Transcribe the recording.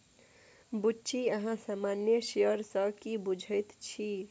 बुच्ची अहाँ सामान्य शेयर सँ की बुझैत छी?